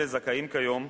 אלה זכאים כיום,